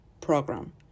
Program